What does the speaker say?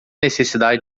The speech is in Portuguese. necessidade